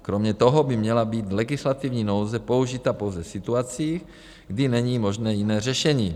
Kromě toho by měla být legislativní nouze použita pouze v situacích, kdy není možné jiné řešení.